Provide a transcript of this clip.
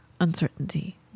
uncertainty